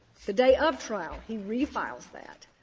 the day of trial, he re-files that.